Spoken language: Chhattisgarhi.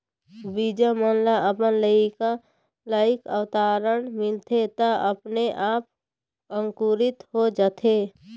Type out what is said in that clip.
बीजा मन ल अपन लइक वातावरन मिलथे त अपने आप अंकुरित हो जाथे